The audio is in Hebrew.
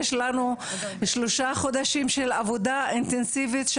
יש לנו שלושה חודשים של עבודה אינטנסיבית,